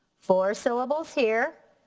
four syllables here,